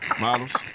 models